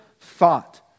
thought